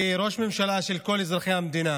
כראש ממשלה של כל אזרחי המדינה.